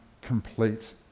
complete